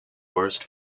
worst